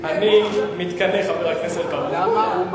אני מתקנא, חבר הכנסת בר-און.